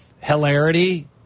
hilarity